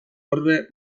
orbe